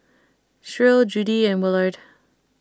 Shirl Judy and Willard